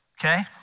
okay